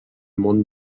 món